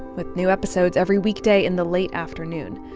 with new episodes every weekday in the late afternoon.